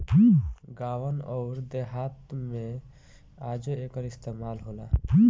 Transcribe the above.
गावं अउर देहात मे आजो एकर इस्तमाल होला